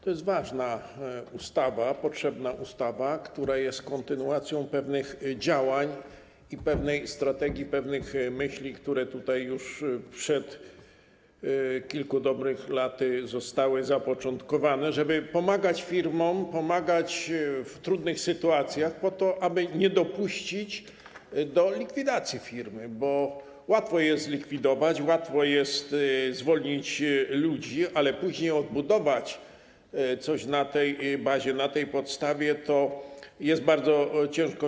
To jest ważna ustawa, potrzebna ustawa, która jest kontynuacją pewnych działań i pewnej strategii, pewnych myśli, które tutaj już przed dobrych kilku laty zostały zapoczątkowane, żeby pomagać firmom, pomagać w trudnych sytuacjach po to, aby nie dopuścić do likwidacji firm, bo łatwo jest zlikwidować, łatwo jest zwolnić ludzi, ale później odbudować coś na tej bazie, na tej podstawie to jest bardzo ciężko.